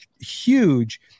huge